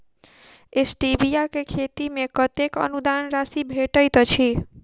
Stevia केँ खेती मे कतेक अनुदान राशि भेटैत अछि?